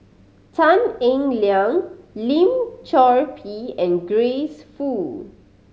Tan Eng Liang Lim Chor Pee and Grace Fu